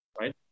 right